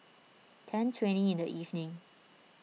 ten twenty in the evening